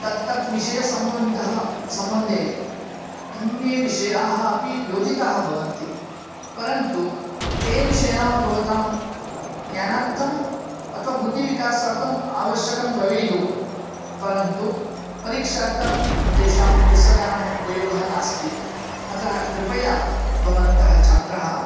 तत्तद्विषयसम्बन्धः सम्बन्धे अन्येविषयाः अपि योजिताः भवन्ति परन्तु ते विषयाः भवतां ज्ञानार्थं अथवा बुद्धिविकासार्थम् आवश्यकं भवेयुः परन्तु परीक्षार्थम् तेषां पुस्तकानाम् उपयोगः नास्ति अतः कृपया भवन्तः छात्राः